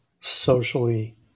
socially